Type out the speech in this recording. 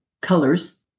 colors